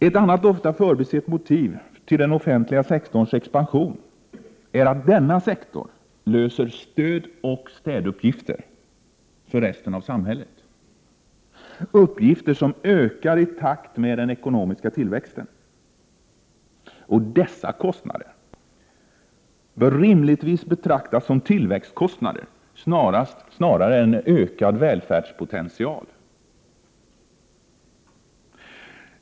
Ett annat ofta förbisett motiv till den offentliga sektorns expansion är att denna sektor löser stödoch städuppgifter för resten av samhället; uppgifter som ökar i takt med den ekonomiska tillväxten. Dessa kostnader bör rimligtvis betraktas som tillväxtkostnader snarare än ökad välfärdspotential.